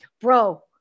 Bro